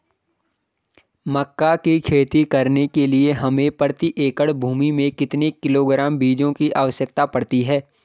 मक्का की खेती करने के लिए हमें प्रति एकड़ भूमि में कितने किलोग्राम बीजों की आवश्यकता पड़ती है?